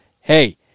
hey